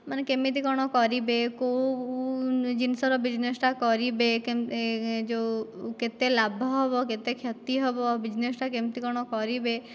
ମାନେ କେମିତି କ'ଣ କରିବେ କେଉଁ ଜିନିଷର ବୀଜନେସ୍ଟା କରିବେ ଯେଉଁ କେତେ ଲାଭ ହେବ କେତେ କ୍ଷତି ହେବ ବୀଜନେସ୍ଟା କେମିତି କ'ଣ କରିବେ